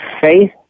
faith